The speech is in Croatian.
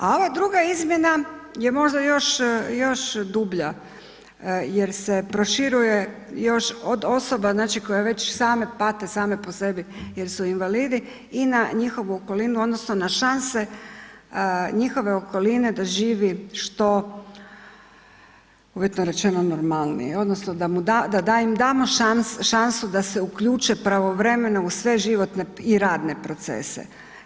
A ova druga izmjena je možda još dublja jer se proširuje još od osoba koje već same pate same po sebi jer su invalidi i na njihovu okolinu odnosno na šanse njihove okoline da živi što, uvjetno rečeno, normalnije, odnosno da im damo šansu da se uključe pravovremeno u sve životne i radne procese.